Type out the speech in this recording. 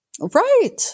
Right